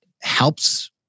helps